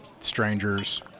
strangers